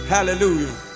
Hallelujah